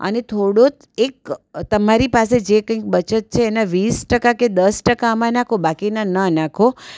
અને થોડોક એક તમારી પાસે જે કંઈક બચત છે એના વીસ ટકા કે દસ ટકા આમાં નાખો બાકીના ના નાખો